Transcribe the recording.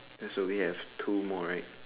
that's the way we have two more right